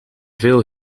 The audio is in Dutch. veel